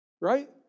Right